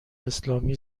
اسلامی